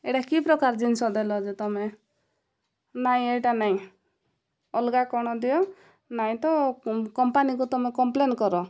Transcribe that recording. ଏଇଟା କି ପ୍ରକାର ଜିନିଷ ଦେଲ ଯେ ତୁମେ ନାଇଁ ଏଇଟା ନାଇଁ ଅଲଗା କ'ଣ ଦିଅ ନାଇଁ ତ କମ୍ପାନୀକୁ ତୁମେ କମ୍ପ୍ଲେନ୍ କର